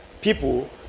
people